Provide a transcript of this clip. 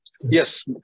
Yes